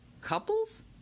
Couples